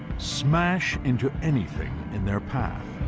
smash into anything in their path.